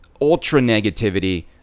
ultra-negativity